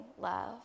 love